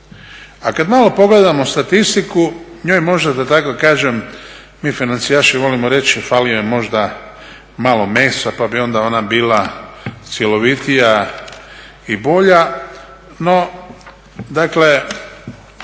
A kad malo pogledamo statistiku njoj možda da tako kažem mi financijaši volimo reći fali još možda malo mesa pa bi onda ona bila cjelovitija i bolja. No, dakle